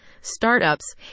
startups